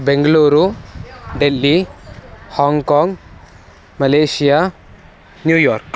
Bengaluru Delhi Hong Kong Malaysia New York